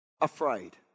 afraid